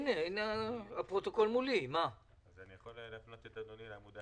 אני יכול להפנות את אדוני.